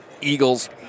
Eagles